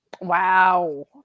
Wow